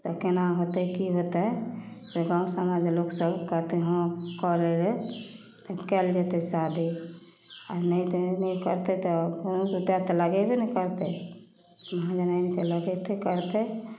तऽ कोना होतै कि होतै गाम समाज लोकसभ कहतै हँ करैलए तऽ कएल जेतै शादी आओर नहि तऽ नहि करतै तऽ तऽ लगेबे ने करतै भाँज आनि आनिकऽ लगेतै करतै